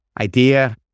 idea